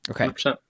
okay